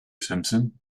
simpson